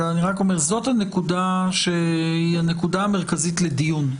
זאת הנקודה שהיא הנקודה המרכזית לדיון.